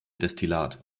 destillat